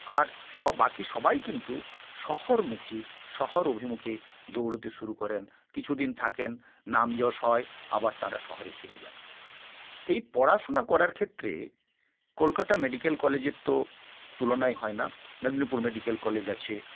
আর সব বাকি সবাই কিন্তু শহরমুখী শহর অভিমুখে দৌড়োতে শুরু করেন কিছুদিন থাকেন নাম যশ হয় আবার তাঁরা শহরে ফিরে যান এই পড়াশুনা করার ক্ষেত্রে কলকাতা মেডিকেল কলেজের তো তুলনাই হয় না মেদিনীপুর মেডিকেল কলেজ আছে